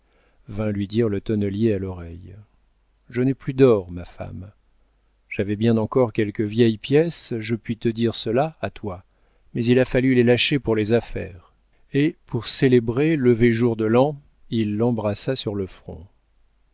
vint lui dire le tonnelier à l'oreille je n'ai plus d'or ma femme j'avais bien encore quelques vieilles pièces je puis te dire cela à toi mais il a fallu les lâcher pour les affaires et pour célébrer le premier jour de l'an il l'embrassa sur le front